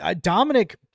Dominic